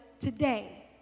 today